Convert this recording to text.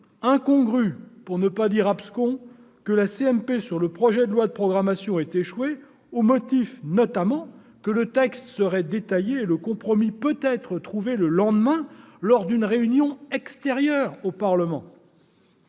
incongru, pour ne pas dire abscons, que la commission mixte paritaire sur le projet de loi de programmation ait échoué, au motif notamment que le texte serait détaillé et un compromis peut-être trouvé le lendemain, lors d'une réunion extérieure au Parlement.